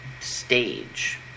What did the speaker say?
stage